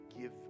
give